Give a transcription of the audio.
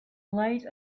light